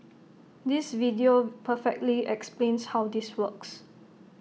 this video perfectly explains how this works